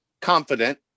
confident